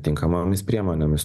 tinkamomis priemonėmis